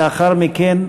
לאחר מכן,